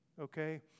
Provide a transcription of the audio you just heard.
Okay